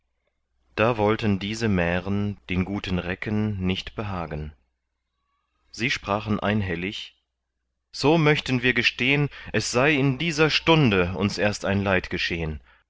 da wollten diese mären den guten recken nicht behagen sie sprachen einhellig so möchten wir gestehn es sei in dieser stunde uns erst ein leid geschehn